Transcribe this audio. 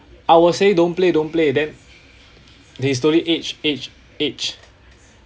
I will say don't play don't play then they slowly edge edge edge